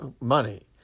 money